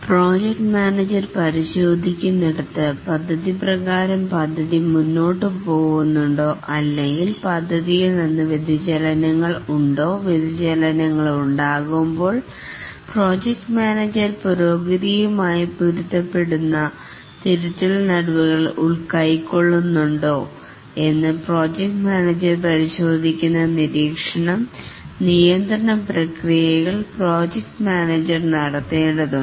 project manager പരിശോധിക്കുന്നിടത് പദ്ധതിപ്രകാരം പദ്ധതി മുന്നോട്ടു പോകുന്നുണ്ടോ അല്ലെങ്കിൽ പദ്ധതിയിൽനിന്ന് വ്യതിചലനങ്ങൾ ഉണ്ടോ വ്യതിചലനങ്ങൾ ഉണ്ടാകുമ്പോൾ പ്രോജക്റ്റ് മാനേജർ പുരോഗതിയുമായി പൊരുത്തപ്പെടുന്ന തിരുത്തൽ നടപടികൾ കൈക്കൊള്ളുന്നുണ്ടോ എന്ന് പ്രോജക്റ്റ് മാനേജർ പരിശോധിക്കുന്ന നിരീക്ഷണം നിയന്ത്രണ പ്രക്രിയകൾ പ്രോജക്ട് മാനേജർ നടത്തേണ്ടതുണ്ട്